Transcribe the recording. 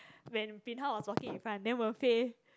when bin hao was walking in front then Wen Fei